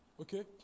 Okay